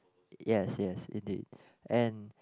yes yes indeed and